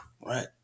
right